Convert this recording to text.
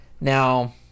Now